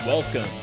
Welcome